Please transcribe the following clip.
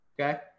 Okay